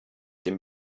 den